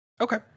Okay